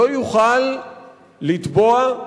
לא יוכל לתבוע,